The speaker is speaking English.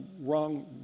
wrong